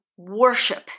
Worship